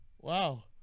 Wow